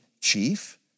chief